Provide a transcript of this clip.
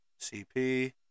CP